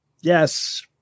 Yes